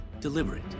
deliberate